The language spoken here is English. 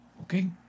Okay